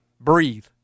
Breathe